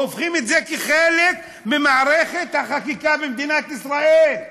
הופכים את זה לחלק ממערכת החקיקה במדינת ישראל.